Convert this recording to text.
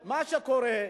מה שקורה,